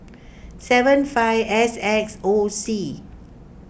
seven five S X O C